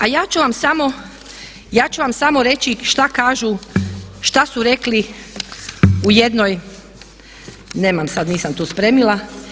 A ja ću vam samo, ja ću vam samo reći šta kažu, šta su rekli u jednoj, nemam sad, nisam tu spremila.